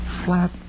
flat